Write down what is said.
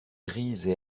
grises